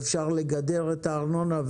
ואפשר לגדר את הארנונה.